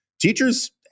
teachers